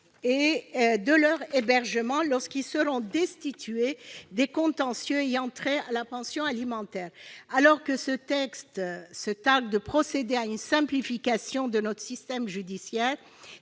et de leur hébergement lorsqu'il sera destitué des contentieux ayant trait à la pension alimentaire ? Alors que le Gouvernement se targue de procéder à une simplification de notre système judiciaire,